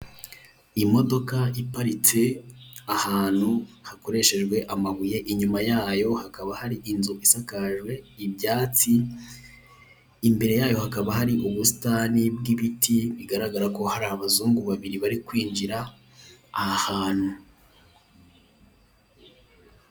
Imodoka iparitse ahantu hakoreshejwe amabuye, inyuma yayo hakaba hari inzu isakajwe ibyatsi, imbere yayo hakaba hari ubusitani bw'ibiti bigaragara ko hari abazungu babiri bari kwinjira aha hantu.